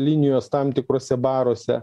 linijos tam tikruose baruose